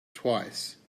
twice